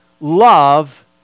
love